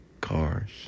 cars